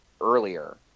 earlier